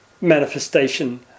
manifestation